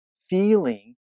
Feeling